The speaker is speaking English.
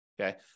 okay